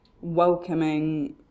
welcoming